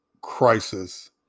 crisis